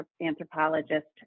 anthropologist